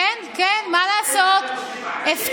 כן, כן, מה לעשות, הפקרות.